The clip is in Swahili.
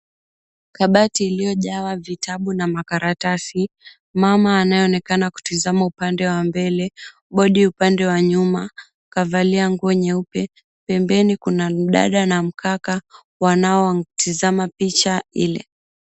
Kabati iliyojawa vitabu na makaratasi. Mama anayeonekana kutizama upande wa mbele, bodi upande wa nyuma. Upande wa nyuma, kavalia nguo nyeupe. Pembeni, kuna mdada na mkaka wanaotizama picha ile.